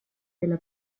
della